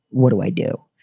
what do i do?